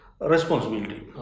responsibility